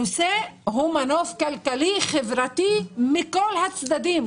הנושא הוא מנוף כלכלי חברתי מכל הצדדים,